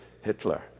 Hitler